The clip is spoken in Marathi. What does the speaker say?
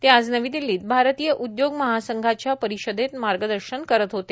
ते आज नवी दिल्लीत भारतीय उद्योग महासंघाच्या परिषदेत मार्गदर्शन करत होते